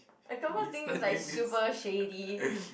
thing is like super shady